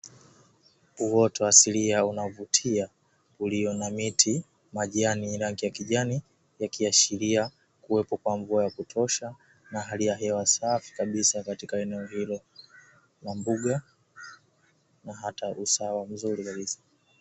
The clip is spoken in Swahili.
Uoto asilia unaovutia ulio na miti, majani rangi ya kijani, yakiashiria kuwepo kwa mvua ya kutosha na hali ya hewa safi kabisa katika eneo hilo la mbuga na hata usawa mzuri kabisa.